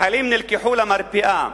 החיילים נלקחו למרפאה,